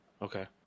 Okay